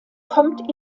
kommt